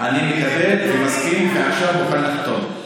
אני מקבל ומסכים ועכשיו מוכן לחתום.